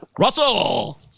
Russell